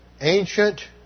ancient